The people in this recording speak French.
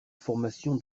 formation